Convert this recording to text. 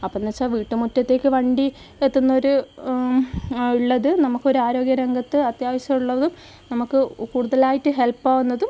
അപ്പം എന്നുവെച്ചാൽ വീട്ടുമുറ്റത്തേക്ക് വണ്ടി എത്തുന്ന ഒരു ഉള്ളത് നമുക്ക് ഒരു ആരോഗ്യ രംഗത്ത് അത്യാവശ്യമുള്ളതും നമുക്ക് കൂടുതലായിട്ട് ഹെൽപ്പ് ആകുന്നതും